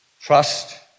Trust